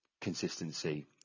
consistency